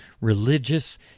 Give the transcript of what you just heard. religious